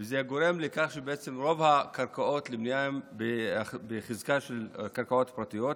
וזה גורם לכך שבעצם רוב הקרקעות לבנייה הן בחזקת קרקעות פרטיות,